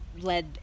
led